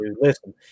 Listen